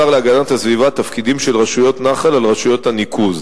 הטיל השר להגנת הסביבה תפקידים של רשויות נחל על רשויות הניקוז.